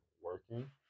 working